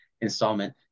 installment